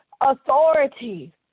authority